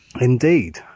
Indeed